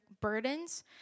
burdens